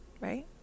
right